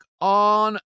on